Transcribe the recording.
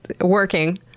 working